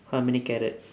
how many carrot